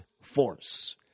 Force